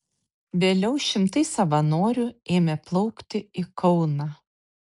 vėliau šimtai savanorių ėmė plaukti į kauną